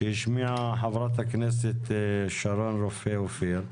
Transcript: שהשמיעה חברת הכנסת שרון רופא אופיר,